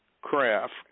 craft